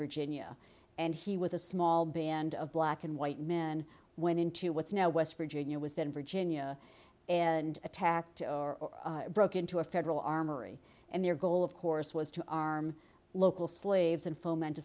virginia and he with a small band of black and white men went into what's now west virginia was that virginia and attacked or broke into a federal armory and their goal of course was to arm local slaves and foment